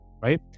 Right